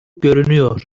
görünüyor